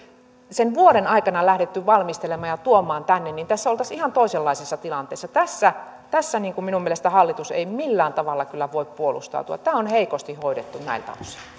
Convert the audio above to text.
sen vuoden aikana lähdetty valmistelemaan ja tuomaan tänne niin tässä oltaisiin ihan toisenlaisessa tilanteessa tässä tässä minun mielestäni hallitus ei millään tavalla kyllä voi puolustautua tämä on heikosti hoidettu näiltä